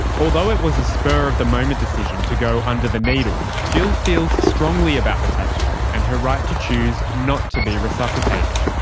although it was a spur of the moment decision to go under the needle, jill feels strongly about the tattoo and her right to choose not to be resuscitated.